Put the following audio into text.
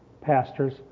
pastors